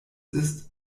ist